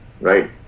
right